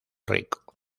rico